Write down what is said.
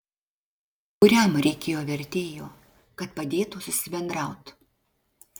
kuriam reikėjo vertėjo kad padėtų susibendraut